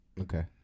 Okay